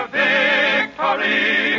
victory